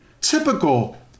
typical